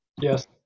Yes